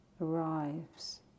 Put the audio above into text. arrives